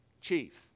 chief